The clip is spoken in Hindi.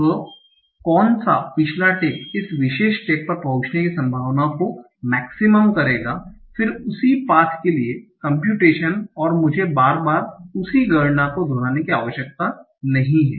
तो कौन सा पिछला टैग इस विशेष टैग पर पहुंचने की संभावना को मेक्सिमम करेगा फिर उसी पाथ के लिए कंप्यूटेशन और मुझे बार बार उसी गणना को दोहराने की आवश्यकता नहीं है